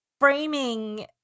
framing